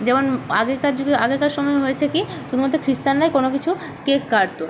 যেমন আগেকার যুগে আগেকার সময় হয়েছে কী মধ্যে ক্রিশ্চানরাই কোনো কিছু কেক কাটত